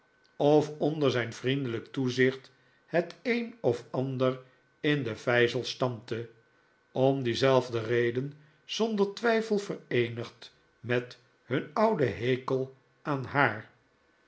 of onder zijn vriendeiijke toezicht het een of ander in den vijzel stamp te om diezelfde reden zonder twijfel vereenigd met hun ouden hekel aan haar